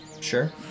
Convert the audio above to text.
Sure